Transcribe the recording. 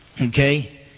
Okay